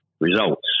results